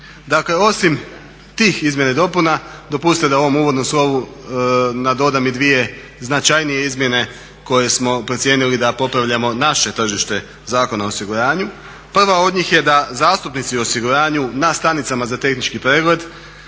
Dakle osim tih izmjena i dopuna dopustite da u ovom uvodnom slovu nadodam i dvije značajnije izmjene koje smo procijenili da popravljamo naše tržište Zakona o osiguranju. Prva od njih je da zastupnici u osiguranju na stanicama za tehnički pregled